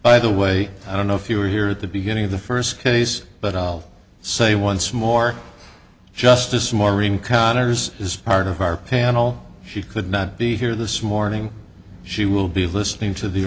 by the way i don't know if you were here at the beginning of the first case but i'll say once more justice maureen connors is part of our panel she could not be here this morning she will be listening to the